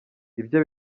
ibye